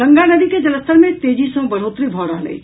गंगा नदी के जलस्तर मे तेजी सॅ बढ़ोत्तरी भऽ रहल अछि